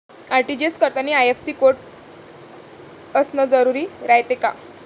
RTGS करतांनी IFSC code असन जरुरी रायते का?